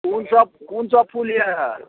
कोन सब कोन सब फूल यऽ